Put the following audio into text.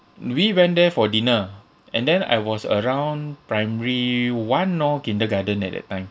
we went there for dinner and then I was around primary one or kindergarten at that time